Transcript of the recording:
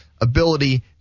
ability